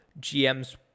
GMs